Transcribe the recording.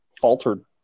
faltered